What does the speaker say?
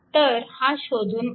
तर हा शोधून काढा